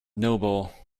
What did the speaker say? noble